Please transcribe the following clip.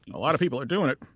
a lot of people are doing it.